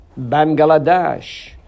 Bangladesh